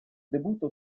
debutto